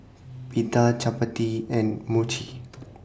Pita Chapati and Mochi